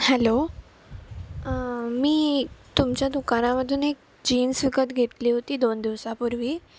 hello मी तुमच्या दुकानामधून एक जीन्स विकत घेतली होती दोन दिवसापूर्वी